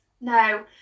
No